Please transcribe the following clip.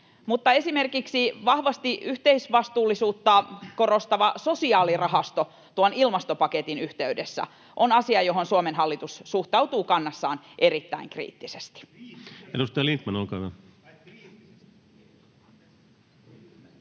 esimerkiksi vahvasti yhteisvastuullisuutta korostava sosiaalirahasto tuon ilmastopaketin yhteydessä on asia, johon Suomen hallitus suhtautuu kannassaan erittäin kriittisesti.